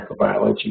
microbiology